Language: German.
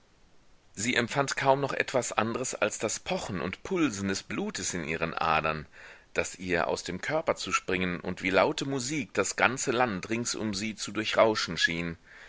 sie empfand kaum noch etwas andres als das pochen und pulsen des blutes in ihren adern das ihr aus dem körper zu springen und wie laute musik das ganze land rings um sie zu durchrauschen schien